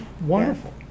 Wonderful